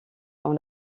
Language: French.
dans